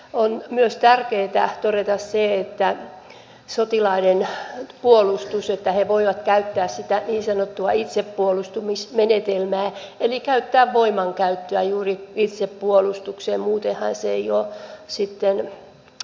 on myös tärkeätä todeta sotilaiden puolustuksesta että he voivat käyttää sitä niin sanottua itsepuolustusmenetelmää eli voimankäyttöä juuri itsepuolustukseen muutenhan se ei ole sitten soveliasta